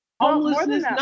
Homelessness